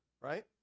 right